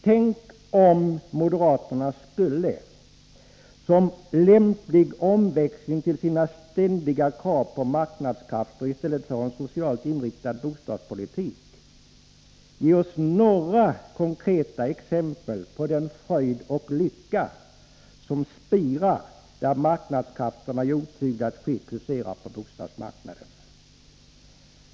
Tänk om moderaterna skulle, som lämplig omväxling till sina ständiga krav på marknadskrafter i stället för en socialt inriktad bostadspolitik, ge oss några konkreta exempel på den fröjd och lycka som spirar då marknadskrafterna otyglat får husera på bostadsmarknaden!